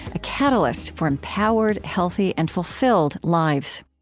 a catalyst for empowered, healthy, and fulfilled lives